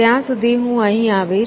ત્યાં સુધી હું અહીં આવીશ